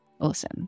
Awesome